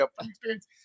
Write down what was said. Experience